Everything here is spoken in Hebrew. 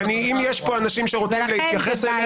אם יש כאן אנשים שרוצים להתייחס אליה,